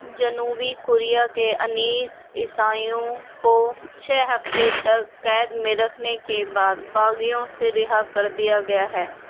جنوبی کوریا کے انیس عیسائیوں کو چھ ہفتے تک قید میں رکھنے کے بعد باغیوں سے رہا کر دیا گیا ہے